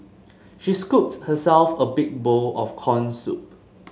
she scooped herself a big bowl of corn soup